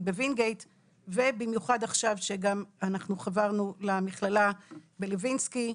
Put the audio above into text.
בווינגיט ובמיוחד עכשיו שגם אנחנו חברנו למכללה בלוינסקי.